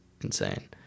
insane